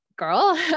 girl